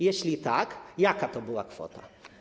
Jeśli tak, jaka to była kwota?